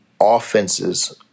offenses